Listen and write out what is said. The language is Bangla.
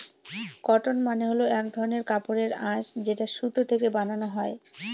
কটন মানে হল এক ধরনের কাপড়ের আঁশ যেটা সুতো থেকে বানানো